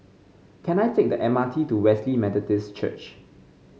can I take the M R T to Wesley Methodist Church